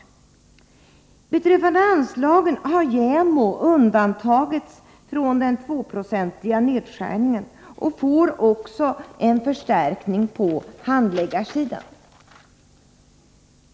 Vad beträffar anslagen har JÄMO undantagits från den 2-procentiga nedskärningen och får även en förstärkning på handläggarsidan.